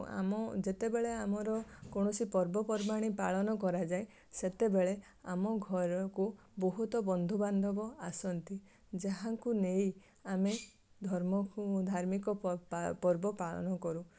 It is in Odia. ଆମ ଯେତେବେଳେ ଆମର କୌଣସି ପର୍ବପର୍ବାଣି ପାଳନ କରାଯାଏ ସେତେବେଳେ ଆମ ଘରକୁ ବହୁତ ବନ୍ଧୁବାନ୍ଧବ ଆସନ୍ତି ଯାହାଙ୍କୁ ନେଇ ଆମେ ଧର୍ମକୁ ଧାର୍ମିକ ପର୍ବ ପାଳନ କରୁ